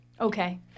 Okay